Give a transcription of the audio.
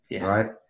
right